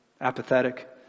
apathetic